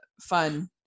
fun